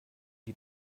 die